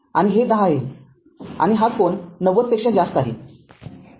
आणि हे १० आहेआणि हा कोन 90 पेक्षा जास्त आहे